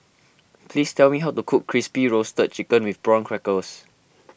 please tell me how to cook Crispy Roasted Chicken with Prawn Crackers